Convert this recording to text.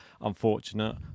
Unfortunate